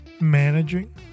managing